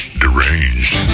deranged